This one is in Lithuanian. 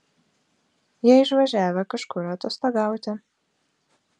jie išvažiavę kažkur atostogauti